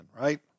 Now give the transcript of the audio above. right